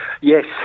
Yes